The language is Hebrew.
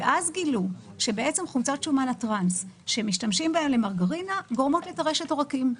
ואז גילו שחומצת שומן הטרנס שמשתמשים בה למרגרינה גורמת לטרשת עורקים,